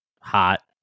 hot